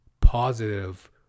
positive